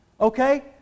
okay